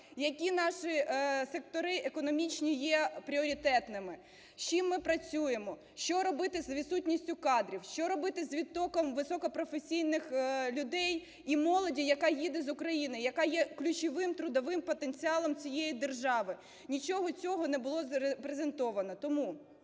які наші сектори економічні є пріоритетними, з чим ми працюємо, що робити з відсутністю кадрів, що робити з відтоком високопрофесійних людей і молоді, яка їде з України, яка є ключовим трудовим потенціалом цієї держави. Нічого цього не було презентовано.